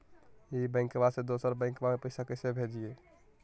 ई बैंकबा से दोसर बैंकबा में पैसा कैसे भेजिए?